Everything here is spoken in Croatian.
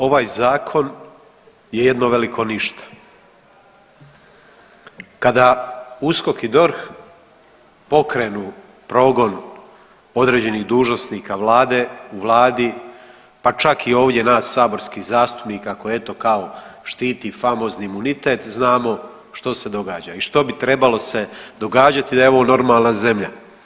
Ovaj zakon je jedno veliko ništa. kada USKOK i DORH pokrenu progon određenih dužnosnika vlade u vladi pa čak i ovdje nas saborskih zastupnika koje eto kao štiti famozni imunitet znamo što se događa i što bi trebalo se događati da je ovo normalna zemlja.